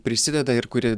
prisideda ir kuri